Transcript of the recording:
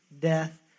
death